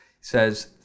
says